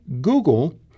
Google